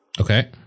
Okay